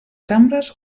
cambres